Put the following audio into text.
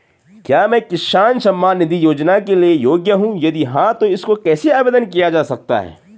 क्या मैं किसान सम्मान निधि योजना के लिए योग्य हूँ यदि हाँ तो इसको कैसे आवेदन किया जा सकता है?